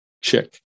chick